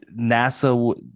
NASA